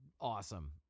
Awesome